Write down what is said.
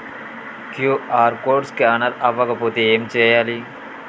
QR code scanner అవ్వకపోతే ఏం చేయాలి?